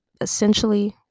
essentially